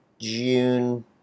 June